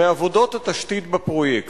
מעבודות התשתית בפרויקט.